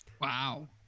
Wow